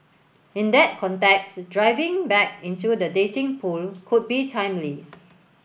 in that context driving back into the dating pool could be timely